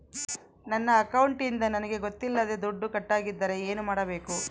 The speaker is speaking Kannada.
ನನ್ನ ಅಕೌಂಟಿಂದ ನನಗೆ ಗೊತ್ತಿಲ್ಲದೆ ದುಡ್ಡು ಕಟ್ಟಾಗಿದ್ದರೆ ಏನು ಮಾಡಬೇಕು?